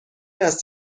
است